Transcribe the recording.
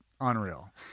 Unreal